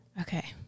Okay